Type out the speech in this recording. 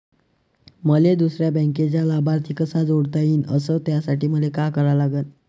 मले दुसऱ्या बँकेचा लाभार्थी कसा जोडता येईन, अस त्यासाठी मले का करा लागन?